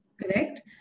correct